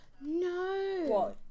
No